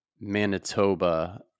Manitoba